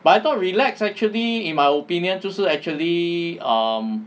but I thought relax actually in my opinion 就是 actually um